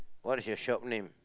what is your shop name